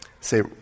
say